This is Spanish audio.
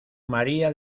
maría